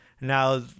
now